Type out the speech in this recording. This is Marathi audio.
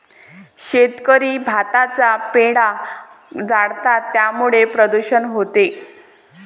शेतकरी भाताचा पेंढा जाळतात त्यामुळे प्रदूषण होते